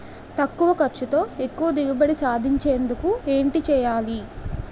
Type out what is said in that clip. తక్కువ ఖర్చుతో ఎక్కువ దిగుబడి సాధించేందుకు ఏంటి చేయాలి?